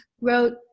wrote